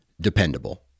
dependable